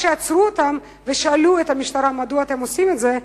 כשעצרו אותם ושאלו את המשטרה מדוע אתם עושים את זה,